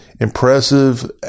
impressive